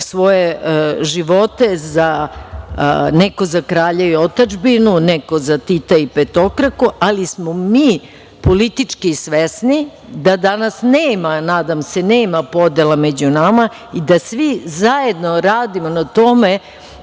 svoje živote, neko za Kralja i otadžbinu, neko za Tita i petokraku, ali smo mi politički svesni da danas nema, nadam se, nema podela među nama i da svi zajedno radimo na tome